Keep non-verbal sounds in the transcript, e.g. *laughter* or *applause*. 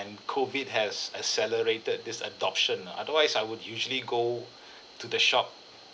and COVID has accelerated this adoption ah otherwise I would usually go *breath* to the shop